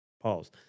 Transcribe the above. Pause